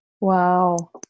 Wow